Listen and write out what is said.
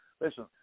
listen